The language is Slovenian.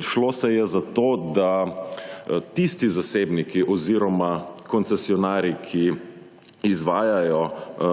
Šlo se je za to, da tisti zasebniki oziroma koncesionarji, ki izvajajo